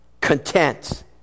Content